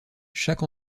chaque